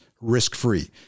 risk-free